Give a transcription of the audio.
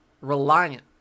reliant